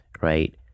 right